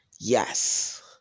yes